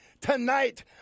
Tonight